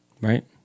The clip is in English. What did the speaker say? Right